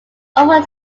over